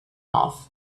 off